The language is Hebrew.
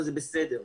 וזה בסדר.